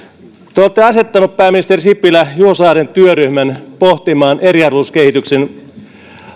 te olette asettanut pääministeri sipilä juho saaren työryhmän pohtimaan eriarvoisuuskehityksen